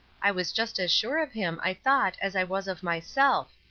i was just as sure of him i thought as i was of myself,